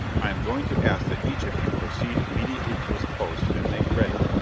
i am going to ask that each of you proceed immediately to his post, and make ready,